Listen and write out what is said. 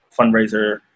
fundraiser